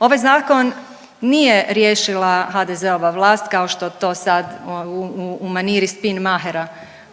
Ovaj zakon nije riješila HDZ-ova vlast kao što to sad u maniri spin mahera